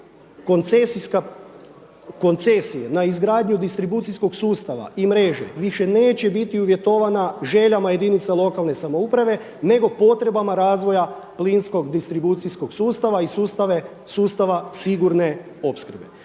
koncesije na izgradnju distribucijskog sustava i mreže više neće biti uvjetovana željama jedinica lokalne samouprave nego potrebama razvoja plinskog distribucijskog sustava i sustava sigurne opskrbe.